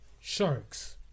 sharks